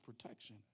protection